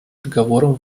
договором